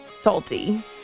Salty